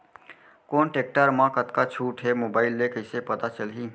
कोन टेकटर म कतका छूट हे, मोबाईल ले कइसे पता चलही?